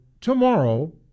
tomorrow